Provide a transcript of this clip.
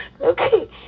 Okay